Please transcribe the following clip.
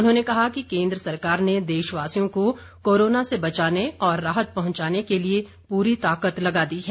उन्होंने कहा कि केंद्र सरकार ने देशवासियों को कोरोना से बचाने और राहत पहुंचाने के लिए पूरी ताकत लगा दी है